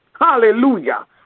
Hallelujah